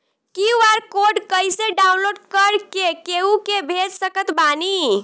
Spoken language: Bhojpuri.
क्यू.आर कोड कइसे डाउनलोड कर के केहु के भेज सकत बानी?